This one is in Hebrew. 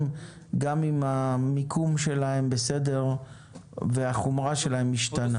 גם אם המיקום שלהם בסדר והחומרה שלהם משתנה.